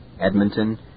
Edmonton